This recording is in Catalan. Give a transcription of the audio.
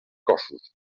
cossos